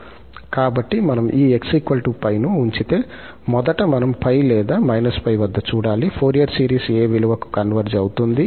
కాబట్టి మనము ఈ 𝑥 𝜋 ను ఉంచితే మొదట మనం 𝜋 లేదా −𝜋 వద్ద చూడాలి ఫోరియర్ సిరీస్ ఏ విలువకి కన్వర్జ్ అవుతుంది